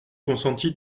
consenti